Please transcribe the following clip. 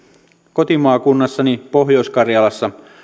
kotimaakunnassani pohjois karjalassa